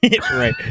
right